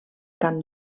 camp